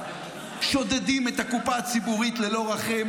שודדים את הקופה הציבורית ללא רחם,